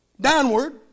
downward